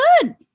good